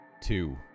two